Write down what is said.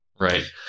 Right